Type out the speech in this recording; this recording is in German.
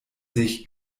sich